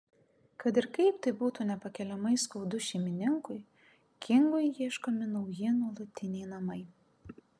kad ir kaip tai būtų nepakeliamai skaudu šeimininkui kingui ieškomi nauji nuolatiniai namai